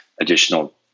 additional